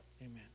Amen